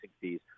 fees